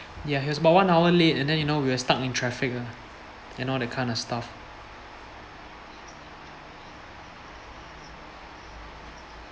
ya he was by one hour late and then you know we were stuck in traffic lah with all that kind of stuff